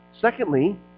Secondly